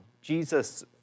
Jesus